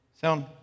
Sound